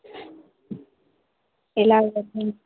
ఎలా